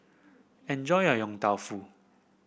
enjoy your Yong Tau Foo